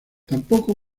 tampoco